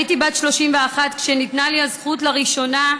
הייתי בת 31 כשניתנה לי הזכות, לראשונה,